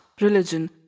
religion